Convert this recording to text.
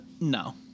No